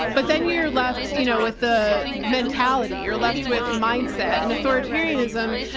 but then you're left, you know, with the mentality, you're left with mindset and authoritarianism.